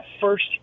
first